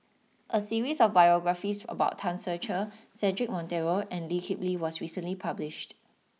a series of biographies about Tan Ser Cher Cedric Monteiro and Lee Kip Lee was recently published